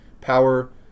power